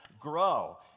grow